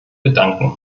bedanken